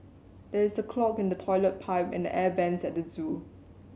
there is a clog in the toilet pipe and the air vents at the zoo